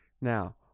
Now